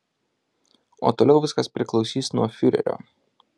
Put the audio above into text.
o toliau viskas priklausys nuo fiurerio